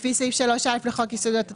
לפי סעיף 3א לחוק יסודות התקציב,